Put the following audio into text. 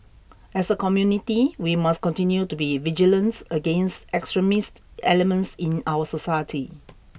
as a community we must continue to be vigilant against extremist elements in our society